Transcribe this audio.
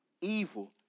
evil